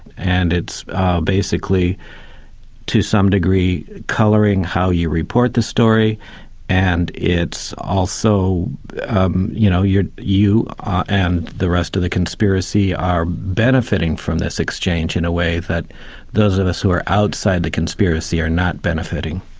and it's basically to some degree, colouring how you report the story and it's also um you know you and the rest of the conspiracy are benefiting from this exchange, in a way that those of us who are outside the conspiracy are not benefiting.